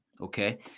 Okay